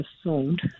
assumed